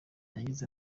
yagize